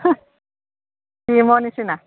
ক্ৰীমৰ নিচিনা